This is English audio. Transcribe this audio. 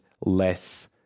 less